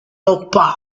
oak